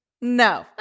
No